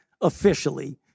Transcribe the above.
officially